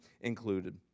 included